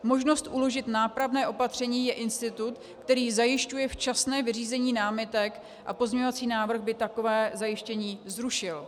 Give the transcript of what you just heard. Možnost uložit nápravné opatření je institut, který zajišťuje včasné vyřízení námitek, a pozměňovací návrh by takové zajištění zrušil.